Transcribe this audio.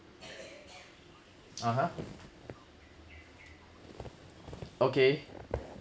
(uh huh) okay